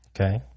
Okay